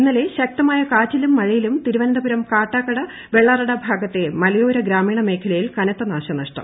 ഇന്നലെ ശക്തമായ കാറ്റിലും മഴയിലും തിരുവനന്തപുരം കാട്ടാക്കട വെളളറട ഭാഗത്തെ മലയോര ഗ്രാമീണ മേഖലയിൽ കനത്ത നാശ നഷ്ടം